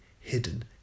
hidden